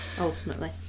Ultimately